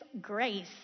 grace